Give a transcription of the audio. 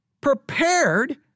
prepared